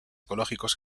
ecológicos